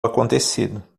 acontecido